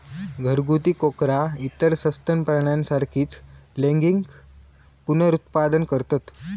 घरगुती कोकरा इतर सस्तन प्राण्यांसारखीच लैंगिक पुनरुत्पादन करतत